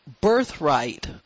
birthright